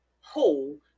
whole